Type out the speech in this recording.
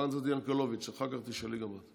חברת הכנסת ינקלביץ', אחר כך תשאלי גם את.